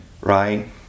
Right